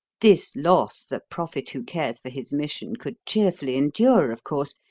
this loss the prophet who cares for his mission could cheerfully endure, of course,